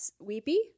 Weepy